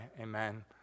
amen